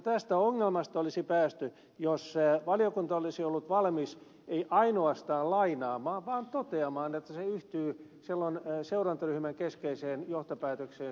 tästä ongelmasta olisi päästy jos valiokunta olisi ollut valmis ei ainoastaan lainaamaan vaan toteamaan että se yhtyy seurantaryhmän keskeiseen johtopäätökseen suomen linjasta